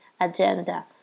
agenda